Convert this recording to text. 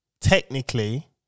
technically